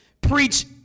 preach